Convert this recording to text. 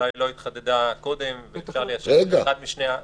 שאולי עוד לא התחדדה קודם ואפשר ליישר את זה לאחד משני הכיוונים.